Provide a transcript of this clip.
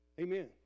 Amen